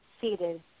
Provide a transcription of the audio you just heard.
seated